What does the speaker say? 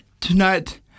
tonight